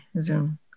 Zoom